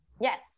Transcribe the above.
yes